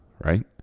right